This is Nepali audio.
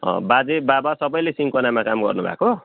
अँ बाजे बाबा सबैले सिन्कोनामा काम गर्नुभएको